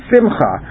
Simcha